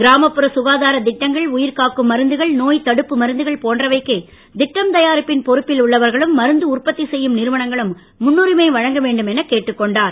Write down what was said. கிராமப்புற சுகாதாரத் திட்டங்கள் உயிர் காக்கும் மருந்துகள் நோய் தடுப்பு மருந்துகள் போன்றவைக்கு திட்டம் தயாரிப்பின் பொறுப்பில் உள்ளவர்களும் மருந்து உற்பத்தி செய்யும் நிறுவனங்களும் முன்னுரிமை வழங்கவேண்டும் எனக் கேட்டுக்கொண்டார்